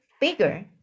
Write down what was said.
bigger